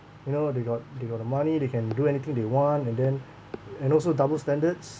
you know they got they got the money they can do anything they want and then and also double standards